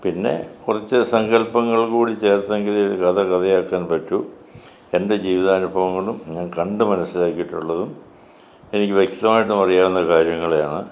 പിന്നെ കുറച്ച് സങ്കല്പങ്ങൾ കൂടി ചേർത്തെങ്കിലേ കഥ കഥയാക്കാൻ പറ്റൂ എൻ്റെ ജീവിതാനുഭവങ്ങളും ഞാൻ കണ്ട് മനസിലാക്കിയിട്ടുള്ളതും എനിക്ക് വ്യക്തമായിട്ടും അറിയാവുന്ന കാര്യങ്ങളെയാണ്